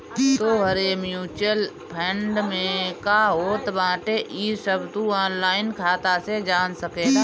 तोहरे mutual fund में का होत बाटे इ सब तू ऑनलाइन खाता से जान सकेला